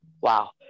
wow